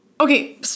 Okay